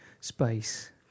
space